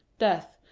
death,